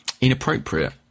inappropriate